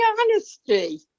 honesty